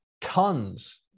tons